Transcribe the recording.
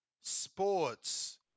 Sports